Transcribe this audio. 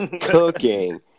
Cooking